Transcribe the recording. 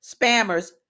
spammers